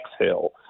exhale